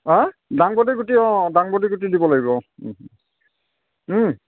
হে অঁ ডাংবটি গুটি অঁ ডাংবটি গুটি দিব লাগিব অঁ